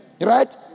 Right